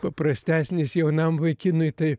paprastesnis jaunam vaikinui tai